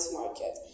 market